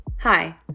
Hi